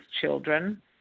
children